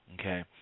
Okay